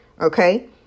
okay